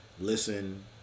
listen